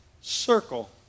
circle